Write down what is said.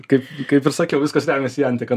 kai kaip ir sakiau viskas remiasi į antiką